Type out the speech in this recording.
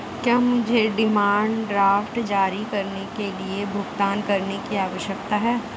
क्या मुझे demand draft जारी करने के लिए भुगतान करने की आवश्यकता है?